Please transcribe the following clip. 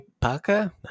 paka